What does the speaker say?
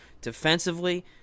defensively